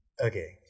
Okay